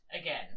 again